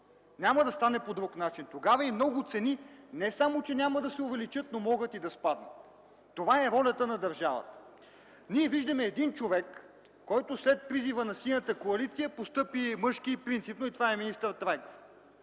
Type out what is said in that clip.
Няма да стане по друг начин! Тогава и много цени не само че няма да се увеличат, но могат и да спаднат. Това е ролята на държавата. Ние виждаме един човек, който след призива на Синята коалиция постъпи мъжки и принципно, и това е министър Трайков.